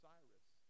Cyrus